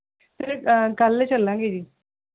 sir ਕੱਲ੍ਹ ਚੱਲਾਂਗੇ ਜੀ